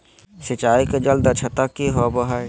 सिंचाई के जल दक्षता कि होवय हैय?